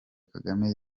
kagame